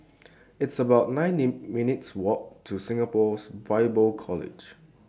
It's about nine minutes' Walk to Singapore Bible College